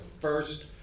first